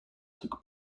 took